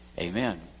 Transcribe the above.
Amen